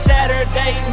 Saturday